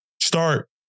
start